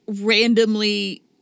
randomly